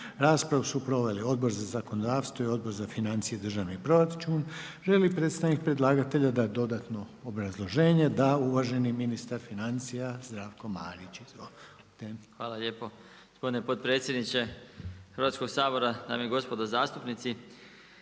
Raspravu su proveli Odbor za zakonodavstvo, Odbor za financije i državni proračun. Želi li predstavnik predlagatelja dati dodatno obrazloženje? Da. Uvaženi Zdravko Marić, ministar financija. Izvolite. **Marić, Zdravko** Hvala lijepo. Gospodine potpredsjedniče Hrvatskog sabora, dame i gospodo zastupnici